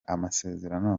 amasezerano